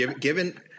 given –